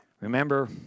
Remember